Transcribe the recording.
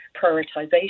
prioritization